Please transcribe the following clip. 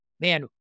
Man